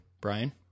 Brian